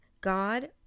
God